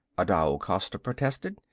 adao costa protested.